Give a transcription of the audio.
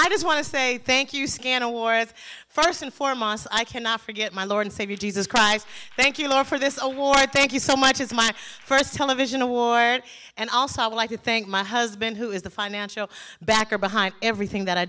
i just want to say thank you scan awards first and foremost i cannot forget my lord and savior jesus christ thank you lord for this award thank you so much is my first television award and also i would like to thank my husband who is the financial backer behind everything that i